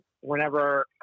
whenever